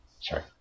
sorry